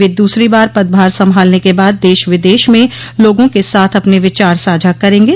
वे दूसरी बार पदभार संभालने के बाद देश विदेश में लोगों के साथ अपने विचार साझा करेंगे